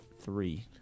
three